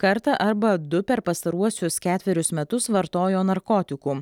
kartą arba du per pastaruosius ketverius metus vartojo narkotikų